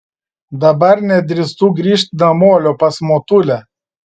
dabar nedrįstu grįžt namolio pas motulę